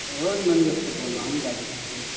वही मनगत से बोल रहा हूँ गाज़ीपुर से